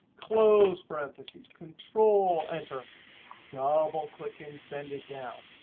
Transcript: close parenthesis. control-enter, double-click, and send it down.